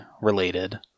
related